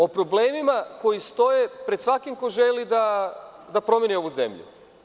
O problemima koji stoje pred svakim ko želi da promeni ovu zemlju.